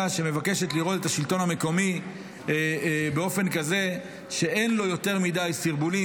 שמבקשת לראות את השלטון המקומי באופן כזה שאין לו יותר מדי סרבולים.